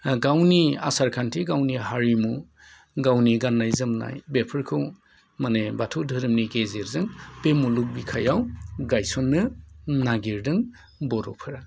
गावनि आसारखान्थि गावनि हारिमु गावनि गाननाय जोमनाय बेफोरखौ माने बाथौ धोरोमनि गेजेरजों बे मुलुग बिखायाव गायसननो नागिरदों बर'फोरा